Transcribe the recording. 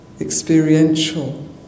experiential